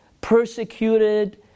persecuted